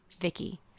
Vicky